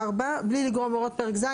בלי לגרוע מהוראות פרק ז',